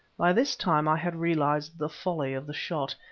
by this time i had realized the folly of the shot,